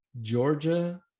Georgia